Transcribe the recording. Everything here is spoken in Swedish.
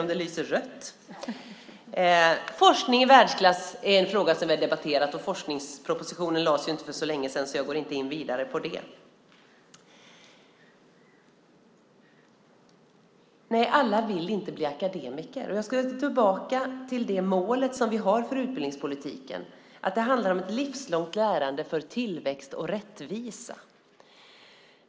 Forskning i världsklass är en fråga som vi har debatterat. Forskningspropositionen lades fram för inte så länge sedan, så jag går inte vidare in på det. Alla vill inte bli akademiker. Jag ska gå tillbaka till det mål vi har för utbildningspolitiken. Det handlar om ett livslångt lärande för tillväxt och rättvisa.